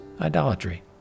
idolatry